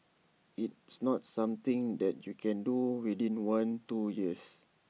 it's not something that you can do within one two years